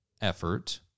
effort